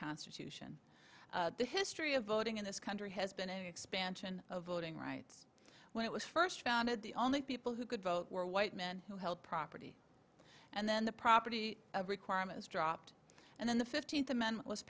constitution the history of voting in this country has been a expansion of voting rights when it was first founded the only people who could vote were white men who held property and then the property requirements dropped and then the fifteenth amendment was